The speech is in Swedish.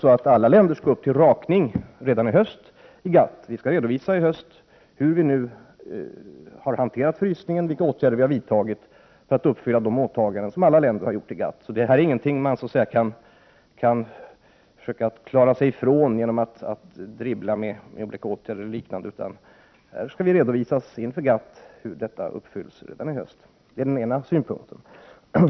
Alla länder skall upp till ”rakning” i GATT redan i höst. Där skall vi redovisa hur vi har hanterat frysningen och vilka åtgärder vi har vidtagit för att uppfylla de åtaganden gentemot GATT som alla länder har. Det är inte någonting som man kan försöka klara sig ifrån genom att dribbla med olika åtgärder, utan det skall göras en redovisning inför GATT. Det är den ena synpunkten.